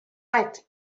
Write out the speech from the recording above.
night